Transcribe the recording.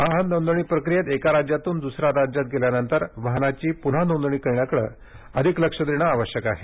वाहन नोंदणी प्रक्रियेत एका राज्यातून दुसऱ्या राज्यात गेल्यानंतर वाहनाची पुन्हा नोंदणी करण्याकडे अधिक लक्ष देण आवश्यक आहे